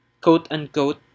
quote-unquote